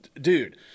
dude